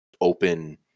open